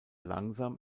langsam